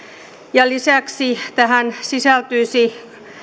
ja lisäksi tähän sisältyisi